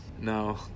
no